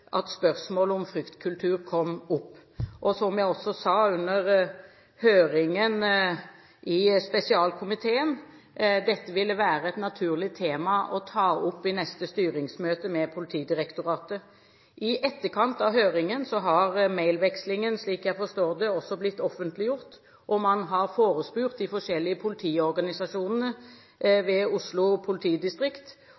at spørsmål om fryktkultur kom opp. Som jeg også sa under høringen i spesialkomiteen, ville dette være et naturlig tema å ta opp i neste styringsmøte med Politidirektoratet. I etterkant av høringen har mailvekslingen, slik jeg forstår det, også blitt offentliggjort, og man har forespurt de forskjellige politiorganisasjonene